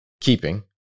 keeping